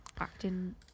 acting